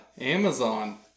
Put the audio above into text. Amazon